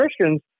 Christians